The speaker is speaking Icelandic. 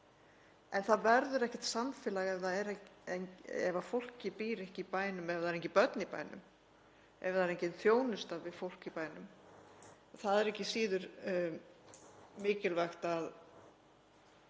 en það verður ekkert samfélag ef fólk býr ekki í bænum, ef það eru engin börn í bænum, ef engin þjónusta er við fólk í bænum. Það er ekki síður mikilvægt að